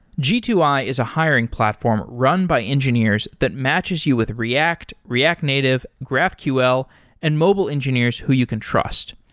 g two i is a hiring platform run by engineers that matches you with react, react native, graphql and mobile engineers who you can trust.